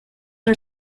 are